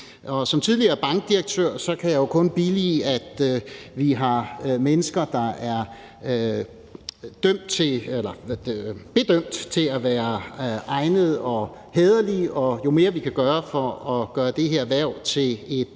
Som tidligere bankdirektør kan jeg jo kun billige, at vi har mennesker, der er bedømt til at være egnede og hæderlige, og jo mere vi kan gøre for at gøre det her hverv til et